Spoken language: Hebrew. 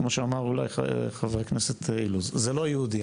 כמו שאמר אולי חבר הכנסת אילוז, זה לא יהודי.